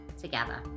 together